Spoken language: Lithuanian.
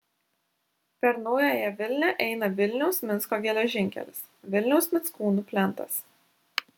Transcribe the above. per naująją vilnią eina vilniaus minsko geležinkelis vilniaus mickūnų plentas